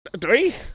Three